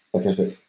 because it,